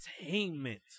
entertainment